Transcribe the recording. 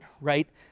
right